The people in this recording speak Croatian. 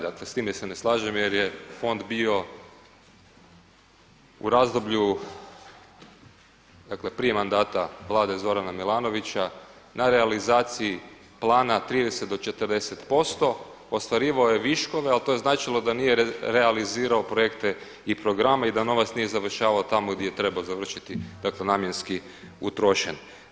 Dakle s time se ne slažem jer je fond bio u razdoblju dakle prije mandata Vlade Zorana Milanovića na realizaciji plana 30 do 40%, ostvarivao je viškove ali to je značilo da nije realizirao projekte i programe i da novac nije završavao tamo di je trebao završiti, dakle namjenski utrošen.